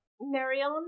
marion